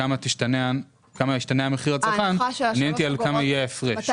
בכמה ישתנה המחיר לצרכן עניתי על מה יהיה ההפרש.